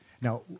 Now